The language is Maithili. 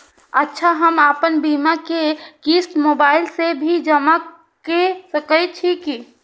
अच्छा हम आपन बीमा के क़िस्त मोबाइल से भी जमा के सकै छीयै की?